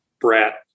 brat